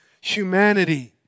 humanity